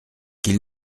qu’il